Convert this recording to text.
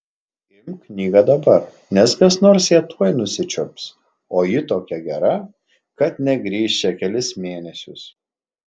imk knygą dabar nes kas nors ją tuoj nusičiups o ji tokia gera kad negrįš čia kelis mėnesius